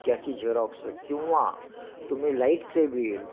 त्याची झेरॉक्स किंवा तुम्ही लाईटचे बिल